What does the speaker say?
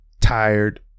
Tired